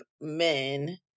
men